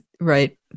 Right